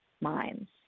mines